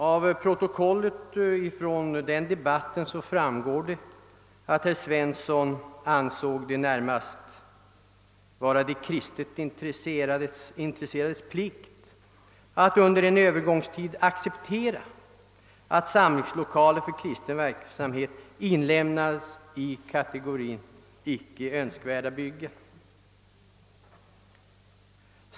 Av protokollet från debatten framgår att herr Svensson ansåg att det närmast var de kristligt intresserades plikt att under en övergångstid acceptera, att samlingslokaler för kristen verksamhet inlemmades i kategorin icke önskvärda byggen.